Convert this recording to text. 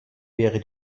wäre